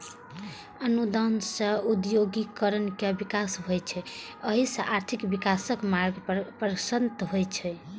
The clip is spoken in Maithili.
अनुदान सं औद्योगिकीकरण के विकास होइ छै, जइसे आर्थिक विकासक मार्ग प्रशस्त होइ छै